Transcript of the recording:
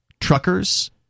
truckers